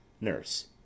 Nurse